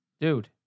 Dude